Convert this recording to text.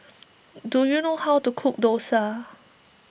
do you know how to cook Dosa